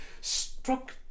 struck